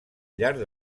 llarg